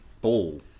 ball